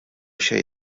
xejn